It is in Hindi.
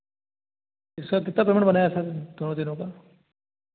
सर इसका कितना पेमेंट बनाया सर दो जनों का